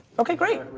okay, great.